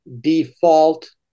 default